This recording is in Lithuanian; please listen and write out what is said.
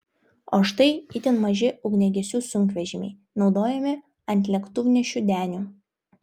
o štai itin maži ugniagesių sunkvežimiai naudojami ant lėktuvnešių denių